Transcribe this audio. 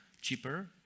cheaper